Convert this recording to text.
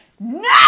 No